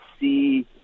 see